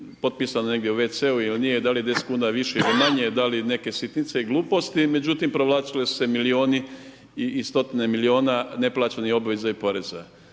potpisano negdje u WC-u ili nije, da li je 10 kuna više ili manje, da li neke sitnice i gluposti, međutim provlačili su se milioni i stotine miliona neplaćenih obveza i poreza.